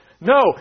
No